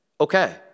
okay